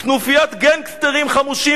כנופיית גנגסטרים חמושים,